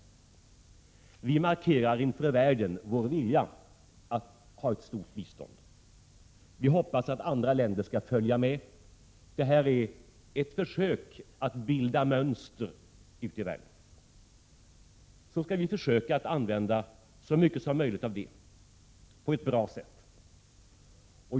Vi markerar inför världen vår vilja att ge ett stort bistånd, och vi hoppas andra länder skall följa med. Det är ett försök att bilda mönster utei världen. Vi skall försöka använda så mycket som möjligt av det på ett bra sätt.